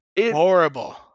horrible